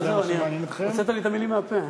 חשבתי, הוצאת לי את המילים מהפה.